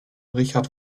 richard